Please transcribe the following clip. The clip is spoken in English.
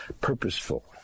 purposeful